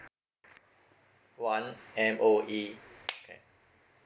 one M_O_E